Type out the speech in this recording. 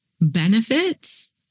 benefits